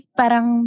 parang